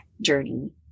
journey